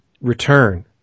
return